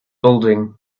building